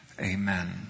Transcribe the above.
Amen